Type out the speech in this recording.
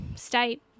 state